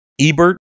Ebert